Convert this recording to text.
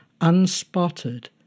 unspotted